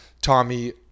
Tommy